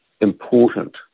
important